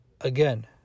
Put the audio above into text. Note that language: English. again